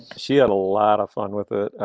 she had a lot of fun with it.